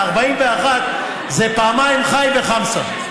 ה-41 זה פעמיים ח"י וחמסה.